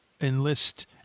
enlist